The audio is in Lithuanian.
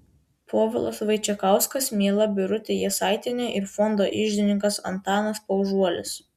povilas vaičekauskas miela birutė jasaitienė ir fondo iždininkas antanas paužuolis